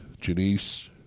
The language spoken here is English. Janice